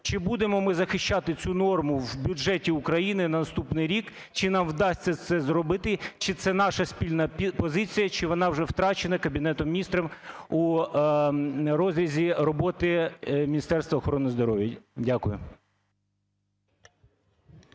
чи будемо ми захищати цю норму в бюджеті України на наступний рік? Чи нам вдасться це зробити? Чи це наша спільна позиція? Чи вона вже втрачена Кабінетом Міністрів у розрізі роботи Міністерства охорони здоров'я? Дякую.